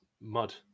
Mud